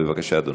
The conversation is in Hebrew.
בבקשה, אדוני.